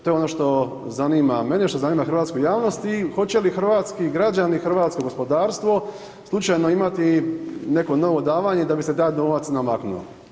To je ono što zanima mene, što zanima hrvatsku javnost i hoće li hrvatski građani i hrvatsko gospodarstvo slučajno imati neko novo davanje da bi se taj novac namaknuo?